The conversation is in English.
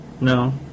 No